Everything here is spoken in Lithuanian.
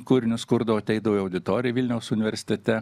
kūrinio skurdo ateidavo į auditoriją vilniaus universitete